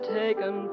taken